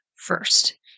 first